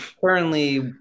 currently